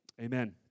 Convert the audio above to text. amen